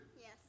Yes